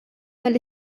tal